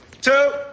two